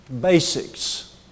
Basics